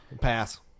Pass